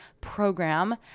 program